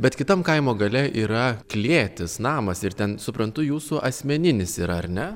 bet kitam kaimo gale yra klėtis namas ir ten suprantu jūsų asmeninis yra ar ne